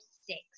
six